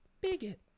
Bigot